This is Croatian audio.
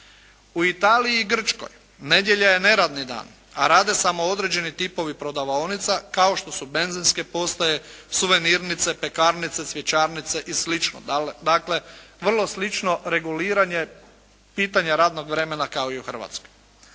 U Italiji i Grčkoj nedjelja je neradni dan, a rade samo određeni tipovi prodavaonica kao što su benzinske postaje, suvenirnice, pekarnice, cvjećarnice i slično. Dakle, vrlo slično reguliranje pitanja radnog vremena kao i U Hrvatskoj.